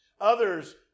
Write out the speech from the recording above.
Others